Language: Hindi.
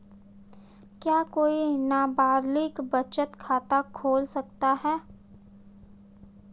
क्या कोई नाबालिग बचत खाता खोल सकता है?